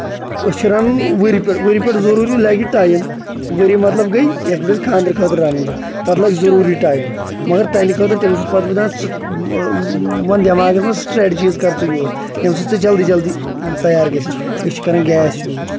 أسۍ چھِ رَنان وٕرِ پٮ۪ٹھ وٕرِ پٮ۪ٹھ ضٔروٗری لَگہِ ٹایم وٕری مطلب گٔے یَتھ پٮ۪ٹھ أسۍ خاندرٕ خٲطرٕ رَنان چھِ تَتھ لگہِ ضٔروٗری ٹایم مَگر تٕہٕنٛدِ خٲطرٕ تہِ بہٕ چھُس پَتہٕ وَنان ژٕ ون دٮ۪ماغس منٛز سِٹرٛیٹجیٖز کر ژٕ یوٗز ییٚمہِ سۭتۍ ژٕ جلدی جلدی تَیار گژھِ أسۍ چھِ کران گیس یوٗز